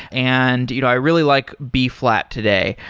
and you know i really like b-flat today,